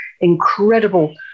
Incredible